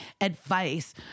advice